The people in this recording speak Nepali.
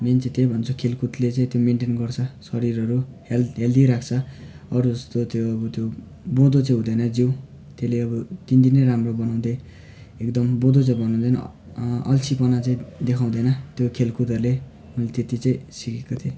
मेन चाहिँ त्यही भन्छु खेलकुदले चाहिँ त्यो मेन्टेन गर्छ शरीरहरू हेल हेल्दी राख्छ अरू जस्तो त्यो त्यो बोधो चाहिँ हुँदैन जिउ त्यसले अब दिनदिनै राम्रो बनाउँदै एकदम बोधो चाहिँ बनाउँदैन अल्छीपना चाहिँ देखाउँदैन त्यो खेलकुदहरूले मैले त्यति चाहिँ सिकेको थिएँ